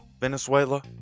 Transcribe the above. Venezuela